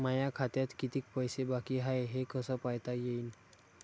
माया खात्यात कितीक पैसे बाकी हाय हे कस पायता येईन?